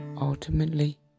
Ultimately